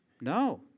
No